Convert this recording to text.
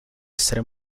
essere